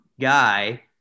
guy